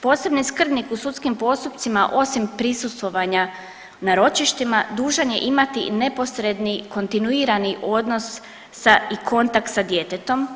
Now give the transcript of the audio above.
Posebni skrbnik u sudskim postupcima osim prisustvovanja na ročištima dužan je imati i neposredni kontinuirani odnos i kontakt sa djetetom,